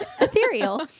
ethereal